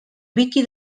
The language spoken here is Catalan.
wiki